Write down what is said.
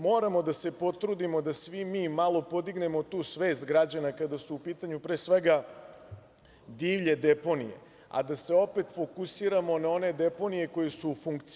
Moramo da se potrudimo da svi mi malo podignemo tu svest građana kada su u pitanju, pre svega divlje deponije, a da se opet fokusiramo na one deponije koje su u funkciji.